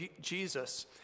Jesus